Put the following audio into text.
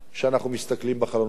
כשאנחנו מסתכלים בחלונות הגבוהים.